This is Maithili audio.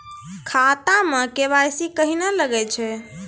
खाता मे के.वाई.सी कहिने लगय छै?